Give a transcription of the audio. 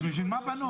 אז בשביל מה בנו?